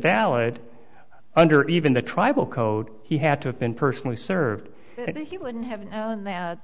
valid under even the tribal code he had to have been personally served or he wouldn't have known that